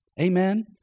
Amen